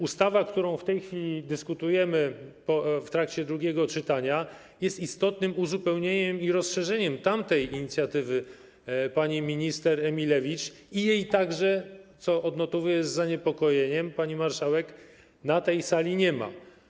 Ustawa, nad którą w tej chwili dyskutujemy w trakcie drugiego czytania, jest istotnym uzupełnieniem i rozszerzeniem tamtej inicjatywy pani minister Emilewicz, a jej także, co odnotowuję z zaniepokojeniem, pani marszałek, na tej sali nie ma.